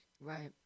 Right